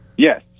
Yes